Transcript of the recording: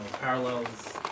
parallels